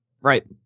Right